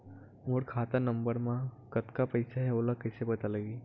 मोर खाता नंबर मा कतका पईसा हे ओला कइसे पता लगी?